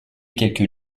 quelques